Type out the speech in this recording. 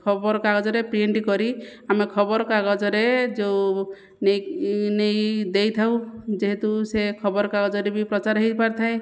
ଖବରକାଗଜରେ ପ୍ରିଣ୍ଟ କରି ଆମେ ଖବରକାଗଜରେ ଯେଉଁ ନେଇ ନେଇ ଦେଇଥାଉ ଯେହେତୁ ସେ ଖବରକାଗଜରେ ବି ପ୍ରଚାର ହୋଇପାରିଥାଏ